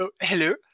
hello